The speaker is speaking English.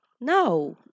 No